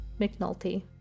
McNulty